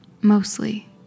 mostly